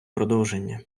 продовження